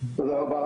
תודה רבה.